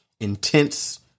intense